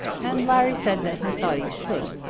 and larry said that he thought he should.